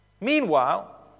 Meanwhile